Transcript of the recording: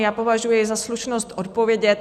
Já považuji za slušnost odpovědět.